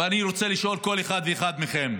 ואני רוצה לשאול כל אחד ואחד מכם,